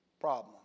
problem